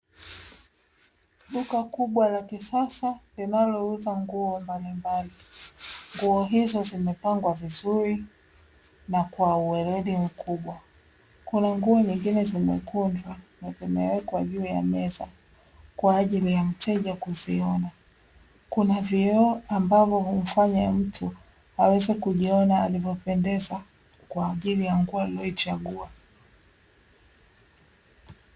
Duka kubwa la kisasa linalouza nguo mbalimbali. Nguo hizo zimepangwa vizuri, na kwa uweredi mkubwa. Kuna nguo zingine zimekunjwa, na zimewekwa juu ya meza, kwa ajili ya mteja kuziona. Kuna vioo ambavyo humfanya mtu aweze kujiona alivyopendeza, kwa ajili ya nguo aliyoichagua.